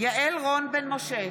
יעל רון בן משה,